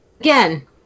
Again